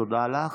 תודה לך.